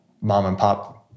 mom-and-pop